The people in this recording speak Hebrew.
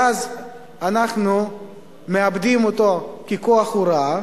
ואז אנחנו מאבדים אותו ככוח הוראה?